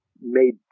made